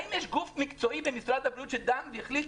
האם יש גוף מקצועי במשרד הבריאות שדן והחליט